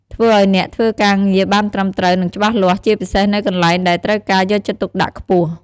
ធ្វើឲ្យអ្នកធ្វើការងារបានត្រឹមត្រូវ និងច្បាស់លាស់ ជាពិសេសនៅកន្លែងដែលត្រូវការការយកចិត្តទុកដាក់ខ្ពស់។